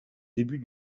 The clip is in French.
début